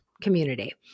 community